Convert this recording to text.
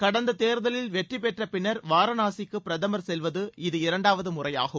கடந்த தேர்தலில் வெற்றிபெற்ற பின்னர் வாரணாசிக்கு பிரதமர் செல்வது இது இரண்டாவது முறையாகும்